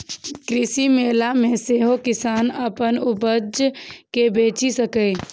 कृषि मेला मे सेहो किसान अपन उपज कें बेचि सकैए